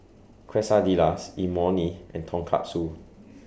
Quesadillas Imoni and Tonkatsu